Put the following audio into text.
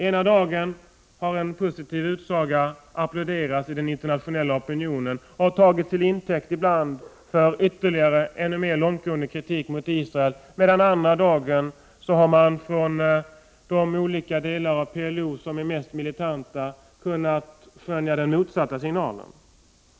Ena dagen har en positiv utsaga applåderats i den internationella opinionen och ibland tagits till intäkt för ännu mer långtgående kritik av Israel, andra dagen har vi från de olika delar av PLO som är mest militanta kunnat uppfatta den motsatta signalen.